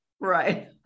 Right